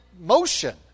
motion